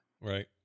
right